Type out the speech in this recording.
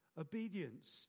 obedience